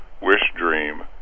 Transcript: wish-dream